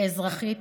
כאזרחית